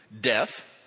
death